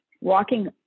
Walking